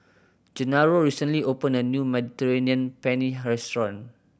Genaro recently opened a new Mediterranean Penne restaurant